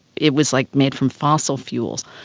it was like made from fossil fuels.